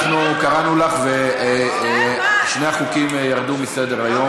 אנחנו קראנו לך ושני החוקים ירדו מסדר-היום.